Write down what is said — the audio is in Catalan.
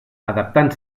adaptant